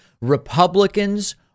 Republicans